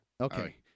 Okay